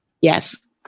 Yes